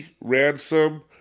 Ransom